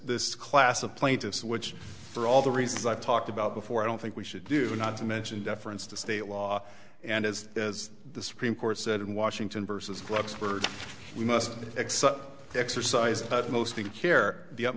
this class of plaintiffs which for all the reasons i've talked about before i don't think we should do not to mention deference to state law and as as the supreme court said in washington versus glucksberg we must accept exercise but mostly care the u